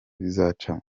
bizacamo